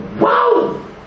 Wow